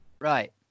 Right